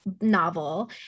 novel